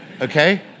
okay